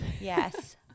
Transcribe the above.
Yes